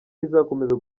izakomeza